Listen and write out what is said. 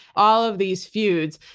all of these feuds,